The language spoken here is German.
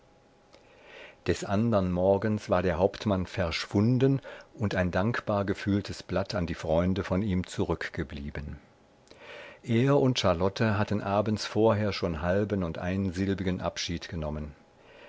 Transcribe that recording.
des andern morgens war der hauptmann verschwunden und ein dankbar gefühltes blatt an die freunde von ihm zurückgeblieben er und charlotte hatten abends vorher schon halben und einsilbigen abschied genommen